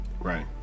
right